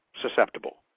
susceptible